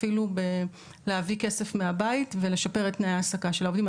אפילו להביא כסף מהבית ולשפר את תנאי ההעסקה של העובדים.